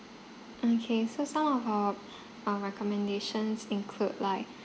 okay so some of our our recommendations include like